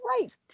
right